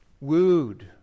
wooed